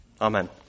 Amen